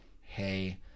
Hey